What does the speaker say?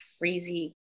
crazy